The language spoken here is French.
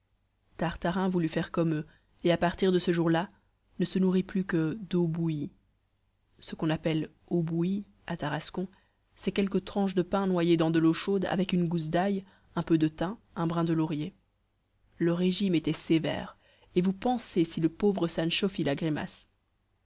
tartarin voulut faire comme eux et à partir de ce jour-là ne se nourrit plus que d'eau bouillie ce qu'on appelle eau bouillie à tarascon c'est quelques tranches de pain noyées dans de l'eau chaude avec une gousse d'ail un peu de thym un brin de laurier le régime était sévère et vous pensez si le pauvre sancho fit la grimace